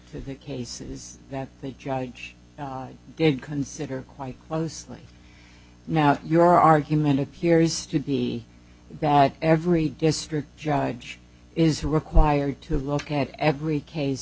for the cases that the judge did consider quite closely now your argument appears to be that every district judge is required to look at every case